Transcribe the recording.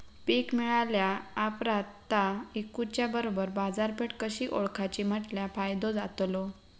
पीक मिळाल्या ऑप्रात ता इकुच्या बरोबर बाजारपेठ कशी ओळखाची म्हटल्या फायदो जातलो?